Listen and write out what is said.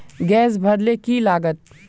Gas भरले की लागत?